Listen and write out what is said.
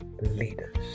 Leaders